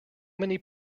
many